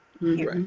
Right